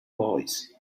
voice